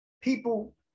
people